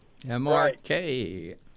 MRK